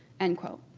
end quote.